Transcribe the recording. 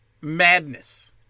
madness